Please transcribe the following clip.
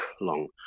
long